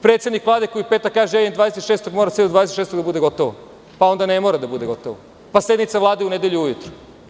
Predsednik Vlade koji u petak kaže - ja idem 26, mora sve do 26. da bude gotovo, pa onda ne mora da bude gotovo, pa sednica Vlade u nedelju ujutro.